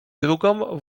drugą